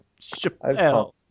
Chappelle